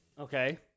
Okay